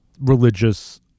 religious